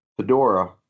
Fedora